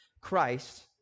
Christ